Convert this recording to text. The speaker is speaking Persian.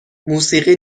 موسیقی